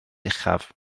uchaf